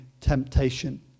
temptation